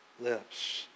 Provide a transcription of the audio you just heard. lips